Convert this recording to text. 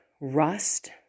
rust